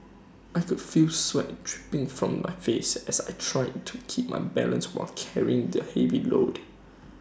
I could feel sweat dripping from my face as I tried to keep my balance while carrying the heavy load